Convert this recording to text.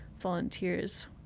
volunteers